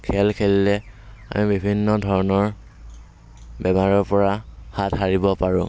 খেল খেলিলে আমি বিভিন্ন ধৰণৰ বেমাৰৰ পৰা হাত সাৰিব পাৰোঁ